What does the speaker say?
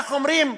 איך אומרים,